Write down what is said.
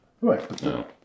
right